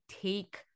take